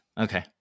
Okay